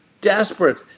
desperate